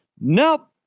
Nope